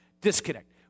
disconnect